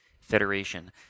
federation